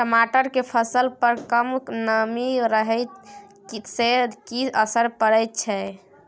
टमाटर के फसल पर कम नमी रहै से कि असर पैर सके छै?